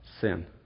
sin